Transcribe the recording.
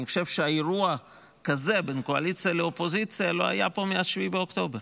אני חושב שאירוע כזה בין קואליציה לאופוזיציה לא היה פה מאז 7 באוקטובר.